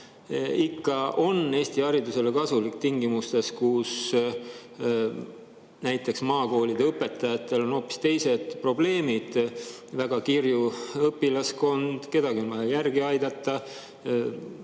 ikka on Eesti haridusele kasulik tingimustes, kus näiteks maakoolide õpetajatel on hoopis teised probleemid: väga kirju õpilaskond, kedagi on vaja järgi aidata,